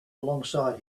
alongside